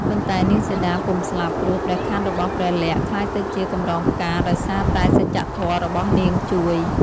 ប៉ុន្តែនាងសីតាពុំស្លាប់ ព្រោះព្រះខ័នរបស់ព្រះលក្សណ៍ក្លាយទៅជាកម្រងផ្កាដោយសារ តែសច្ចៈធម៌របស់នាងជួយ។